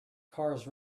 cars